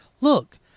Look